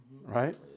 Right